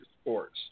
sports